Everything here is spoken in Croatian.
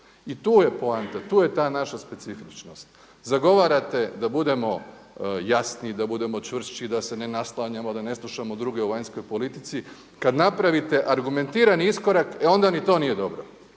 I tu je poanta, tu je ta naša specifičnost. Zagovarate da budemo jasniji, da budemo čvršći da se ne naslanjamo, da ne slušamo druge u vanjskoj politici, kada napravite argumentirani iskorak, e onda ni to nije dobro.